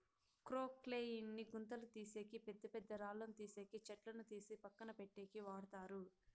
క్రొక్లేయిన్ ని గుంతలు తీసేకి, పెద్ద పెద్ద రాళ్ళను తీసేకి, చెట్లను తీసి పక్కన పెట్టేకి వాడతారు